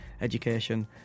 education